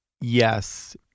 yes